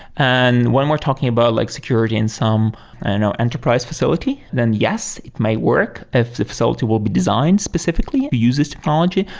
and when we're talking about like security in some you know enterprise facility, then yes, it might work if the facility will be signed specifically to use this technology.